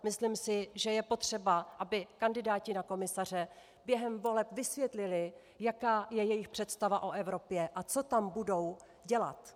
Myslím si, že je potřeba, aby kandidáti na komisaře během voleb vysvětlili, jaká je jejich představa o Evropě a co tam budou dělat.